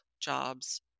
jobs